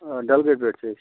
آ ڈَلگیٹ پٮ۪ٹھ چھِ أسۍ